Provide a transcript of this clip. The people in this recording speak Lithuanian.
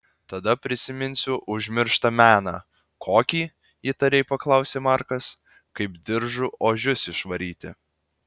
tada prisiminsiu užmirštą meną kokį įtariai paklausė markas kaip diržu ožius išvaryti